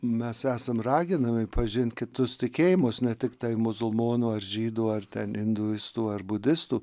mes esam raginami pažint kitus tikėjimus ne tiktai musulmonų ar žydų ar ten induistų ar budistų